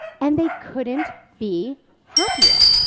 and they couldn't be happier.